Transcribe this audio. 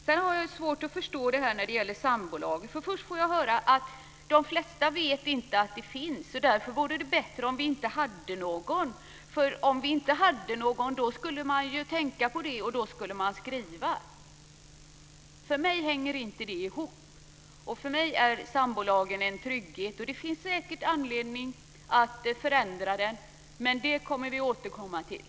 Sedan har jag svårt att förstå det som sägs om sambolagen. Först får jag höra att de flesta inte vet att den finns och att det därför vore bättre om vi inte hade någon. Om vi inte hade någon skulle man tänka på det, och då skulle man skriva avtal. För mig hänger inte det ihop. För mig är sambolagen en trygghet. Det finns säkert anledning att förändra den. Det återkommer vi till.